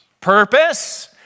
Purpose